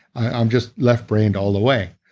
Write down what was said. i'm just left-brained all the way.